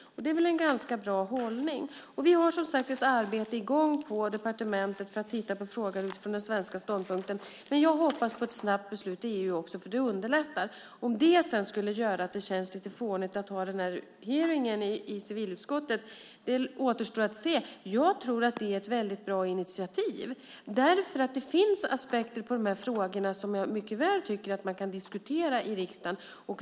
Det är väl en ganska bra hållning? Vi har, som sagt, ett arbete i gång på departementet för att titta på frågan utifrån den svenska ståndpunkten. Men jag hoppas på ett snabbt beslut i EU också eftersom det underlättar. Om det sedan skulle göra att det känns lite fånigt att ha denna hearing i civilutskottet återstår att se. Jag tror att det är ett väldigt bra initiativ därför att det finns aspekter på dessa frågor som jag tycker att man mycket väl kan diskutera i riksdagen.